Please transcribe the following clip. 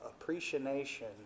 Appreciation